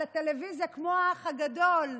על הטלוויזיה כמו האח הגדול.